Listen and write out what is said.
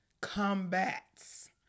combats